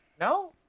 No